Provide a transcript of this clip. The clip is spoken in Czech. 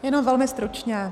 Jenom velmi stručně.